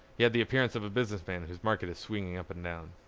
he had the appearance of a business man whose market is swinging up and down.